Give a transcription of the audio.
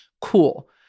Cool